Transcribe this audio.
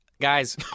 Guys